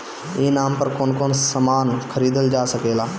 ई नाम पर कौन कौन समान खरीदल जा सकेला?